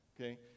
okay